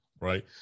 right